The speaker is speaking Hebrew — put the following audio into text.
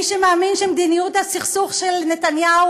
מי שמאמין שמדיניות הסכסוך של נתניהו